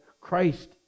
Christ